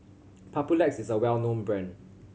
Papulex is a well known brand